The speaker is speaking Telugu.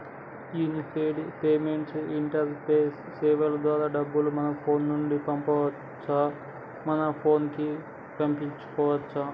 యూనిఫైడ్ పేమెంట్స్ ఇంటరపేస్ సేవల ద్వారా డబ్బులు మన ఫోను నుండి పంపొచ్చు మన పోనుకి వేపించుకోచ్చు